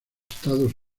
estados